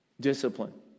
discipline